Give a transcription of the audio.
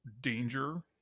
danger